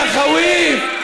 יא ח'וואף,